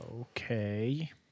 Okay